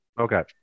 okay